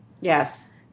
Yes